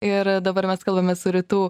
ir dabar mes kalbamės su rytų